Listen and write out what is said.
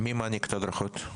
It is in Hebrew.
מי מעניק את ההדרכות?